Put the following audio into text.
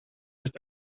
ist